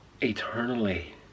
eternally